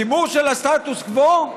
שימור של הסטטוס קוו?